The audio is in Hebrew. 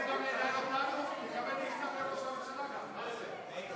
האזרחים הוותיקים (תיקון מס' 15),